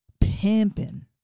pimping